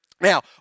Now